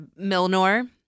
Milnor